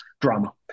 drama